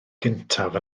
gyntaf